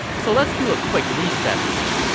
so let's do a quick reset here.